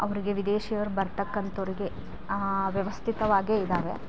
ಅವರಿಗೆ ವಿದೇಶಿಯರು ಬರ್ತಕ್ಕಂಥೋರಿಗೆ ವ್ಯವಸ್ತಿತವಾಗೇ ಇದ್ದಾವೆ